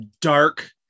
dark